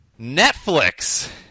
Netflix